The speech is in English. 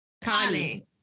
Connie